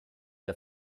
der